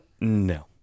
no